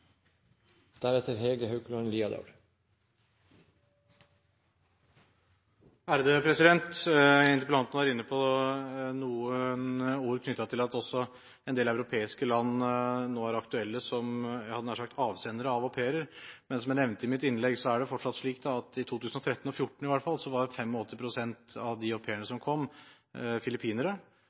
Interpellanten var inne på at også en del europeiske land nå er aktuelle som – jeg hadde nær sagt – avsendere av au pairer. Men som jeg nevnte i mitt innlegg, er det fortsatt slik, i 2013 og 2014 i hvert fall, at 85 pst. av de au pairene som kommer, er filippinere.